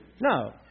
No